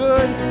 Good